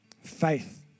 Faith